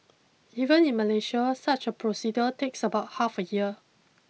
even in Malaysia such a procedure takes about half a year